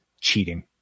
cheating